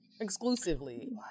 exclusively